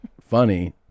funny